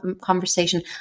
conversation